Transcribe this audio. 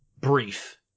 brief